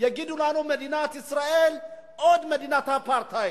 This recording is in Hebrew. יגידו לנו: מדינת ישראל עוד מדינת אפרטהייד.